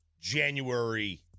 January